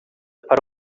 para